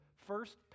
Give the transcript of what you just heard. First